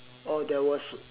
oh there was